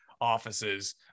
offices